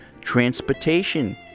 transportation